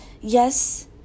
yes